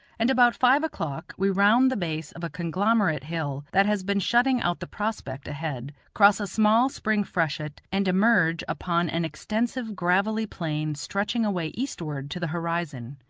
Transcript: and about five o'clock we round the base of a conglomerate hill that has been shutting out the prospect ahead, cross a small spring freshet, and emerge upon an extensive gravelly plain stretching away eastward to the horizon.